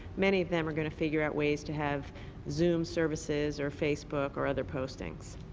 many of them are going to figure out ways to have zoom services or facebook or other postings.